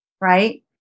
right